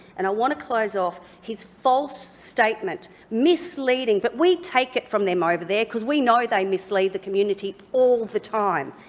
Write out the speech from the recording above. and i want to close off his false statement misleading, but we take it from them ah over there because we know they mislead the community all the time.